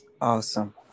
Awesome